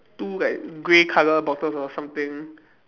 two like grey colour bottles or something